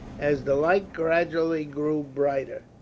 as the light gradually grew brighter,